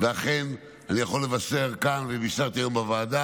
ואכן, אני יכול לבשר כאן, ובישרתי היום בוועדה,